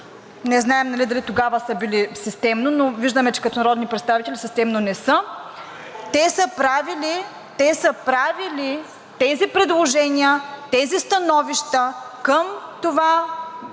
нали, дали тогава са били системно, но виждаме, че като народни представители системно не са – те са правили тези предложения, тези становища към това